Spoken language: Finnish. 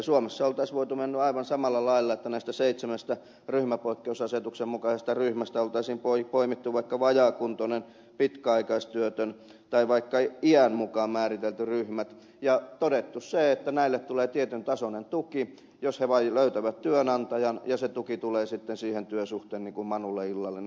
suomessa olisi voitu mennä aivan samalla lailla että näistä seitsemästä ryhmäpoikkeusasetuksen mukaisesta ryhmästä olisi poimittu vaikka vajaakuntoinen pitkäaikaistyötön tai vaikka iän mukaan määritelty ryhmät ja todettu se että näille tulee tietyn tasoinen tuki jos he vain löytävät työnantajan ja se tuki tulee sitten siihen työsuhteeseen niin kuin manulle illallinen